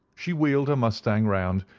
she wheeled her mustang round,